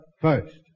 first